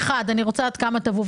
אני רוצה לדעת כמה תבעו,